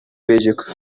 пӗчӗк